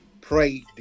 pray